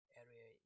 area